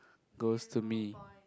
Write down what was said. goes to me